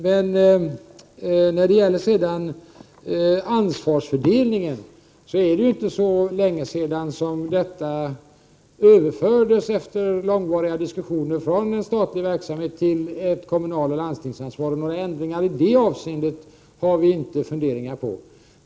Men när det gäller ansvarsfördelningen är det inte så länge sedan ansvaret för denna verksamhet överfördes från staten till kommuner och landsting, och några ändringar i det avseendet har vi inte funderingar på.